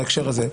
בהקשר הזה,